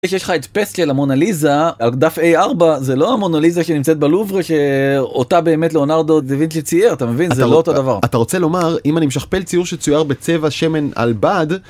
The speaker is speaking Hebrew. יש לך את פסק של המונליזה על כדף A4 זה לא המונליזה שנמצאת בלובר שאותה באמת לאונרדו דוד שצייר אתה מבין זה לא אותו דבר אתה רוצה לומר אם אני משכפל ציור שצויר בצבע שמן על בד.